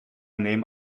name